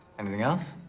anything else?